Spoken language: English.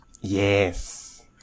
Yes